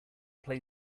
play